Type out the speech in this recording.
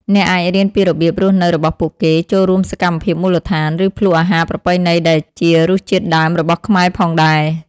អ្នកអាចរៀនពីរបៀបរស់នៅរបស់ពួកគាត់ ចូលរួមសកម្មភាពមូលដ្ឋាន ឬភ្លក្សអាហារប្រពៃណីដែលជារសជាតិដើមរបស់ខ្មែរផងដែរ។